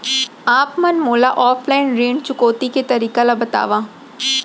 आप मन मोला ऑफलाइन ऋण चुकौती के तरीका ल बतावव?